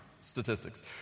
statistics